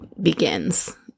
begins